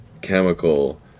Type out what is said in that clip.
chemical